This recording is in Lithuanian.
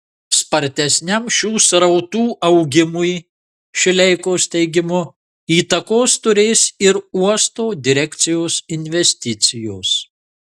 spartesniam šių srautų augimui šileikos teigimu įtakos turės ir uosto direkcijos investicijos